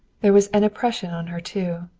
there was an oppression on her too.